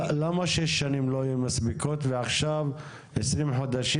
למה 6 שנים לא היו מספיקות ועכשיו 20 חודשים?